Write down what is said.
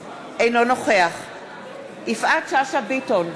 אינו נוכח יפעת שאשא ביטון,